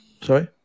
Sorry